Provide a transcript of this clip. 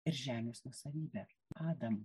ir žemės nuosavybę adam